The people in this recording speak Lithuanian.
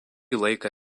laiką